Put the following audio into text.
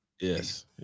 yes